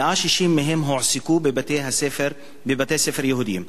160 מהם הועסקו בבתי-ספר יהודיים.